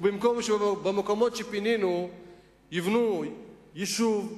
במקום שבמקומות שפינינו יבנו יישוב,